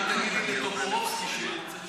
רק תגידי לטופורובסקי, שהוא